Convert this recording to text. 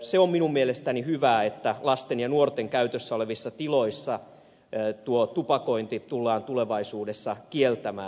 se on minun mielestäni hyvää että lasten ja nuorten käytössä olevissa tiloissa tupakointi tullaan tulevaisuudessa kieltämään